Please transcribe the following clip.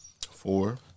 Four